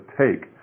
take